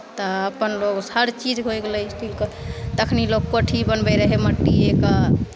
तऽ अपन लोक हरचीज होय गेलै स्टीलके तखनि लोक कोठी बनबैत रहै मट्टीएके